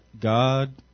God